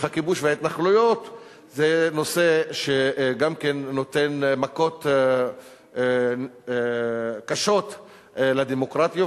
הכיבוש וההתנחלויות הם נושא שגם כן נותן מכות קשות לדמוקרטיה.